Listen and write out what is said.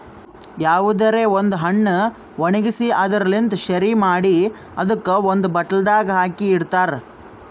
ಯಾವುದರೆ ಒಂದ್ ಹಣ್ಣ ಒಣ್ಗಿಸಿ ಅದುರ್ ಲಿಂತ್ ಶೆರಿ ಮಾಡಿ ಅದುಕ್ ಒಂದ್ ಬಾಟಲ್ದಾಗ್ ಹಾಕಿ ಇಡ್ತಾರ್